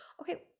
Okay